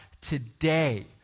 today